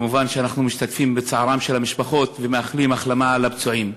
מובן שאנחנו משתתפים בצערן של המשפחות ומאחלים החלמה לפצועים.